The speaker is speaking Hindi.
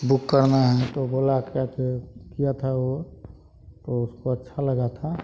बुक करना है तो बोला कैसे किया था वह तो उसको अच्छा लगा था